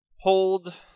hold